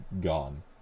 gone